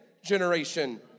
Generation